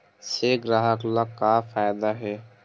से ग्राहक ला का फ़ायदा हे?